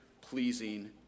pleasing